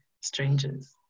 strangers